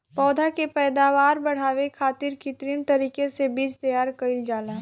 पौधा के पैदावार बढ़ावे खातिर कित्रिम तरीका से बीज तैयार कईल जाला